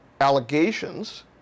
allegations